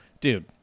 dude